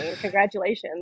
Congratulations